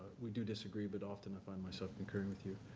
we do disagree but often i find myself concurring with you.